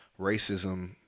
racism